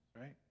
right